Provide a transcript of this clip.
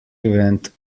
event